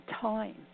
time